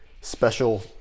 special